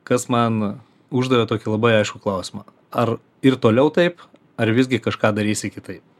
kas man uždavė tokį labai aiškų klausimą ar ir toliau taip ar visgi kažką darysi kitaip